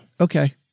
Okay